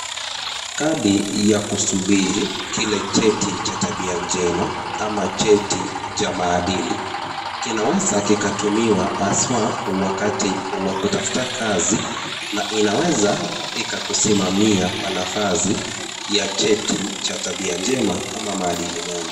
Kadi ya kusubiri kile cheti ya tabia njema ama cheti cha maadili. Kinaweza kikatumiwa hasa wakati wa kutafuta kazi na inaweza kukusimamia kwa nafasi ya cheti cha tabia njema ama maadili mema.